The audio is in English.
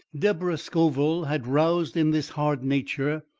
deborah scoville had roused in this hard nature,